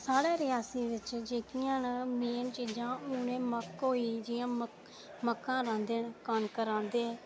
साढ़े रियासी बिच जेह्कियां न मेन चीज़ां हून एह् जि'यां मक्क होई एह् मक्कां राहंदे न कनक राहंदे न